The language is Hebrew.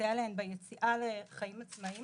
לסייע להן ביציאה לחיים עצמאיים